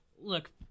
Look